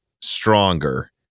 stronger